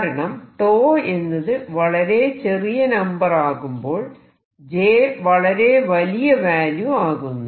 കാരണം 𝞃 എന്നത് വളരെ ചെറിയ നമ്പർ ആകുമ്പോൾ J വളരെ വലിയ വാല്യൂ ആകുന്നു